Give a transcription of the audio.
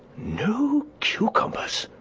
no cucumbers!